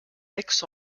aix